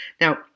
Now